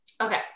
Okay